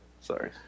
Sorry